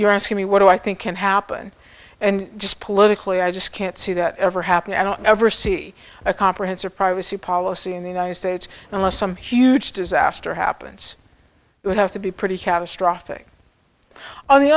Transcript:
you're asking me what do i think can happen and just politically i just can't see that ever happening i don't ever see a comprehensive privacy policy in the united states unless some huge disaster happens it would have to be pretty catastrophic on the